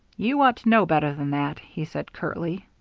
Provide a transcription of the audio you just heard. you ought to know better than that, he said curtly.